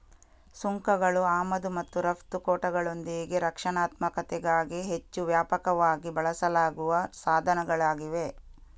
ಸುಂಕಗಳು ಆಮದು ಮತ್ತು ರಫ್ತು ಕೋಟಾಗಳೊಂದಿಗೆ ರಕ್ಷಣಾತ್ಮಕತೆಗಾಗಿ ಹೆಚ್ಚು ವ್ಯಾಪಕವಾಗಿ ಬಳಸಲಾಗುವ ಸಾಧನಗಳಾಗಿವೆ